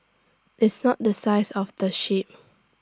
it's not the size of the ship